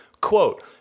Quote